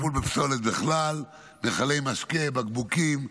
נושא הטיפול בפסולת בכלל, מכלי משקה, בקבוקים,